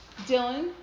Dylan